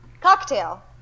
Cocktail